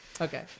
okay